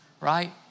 right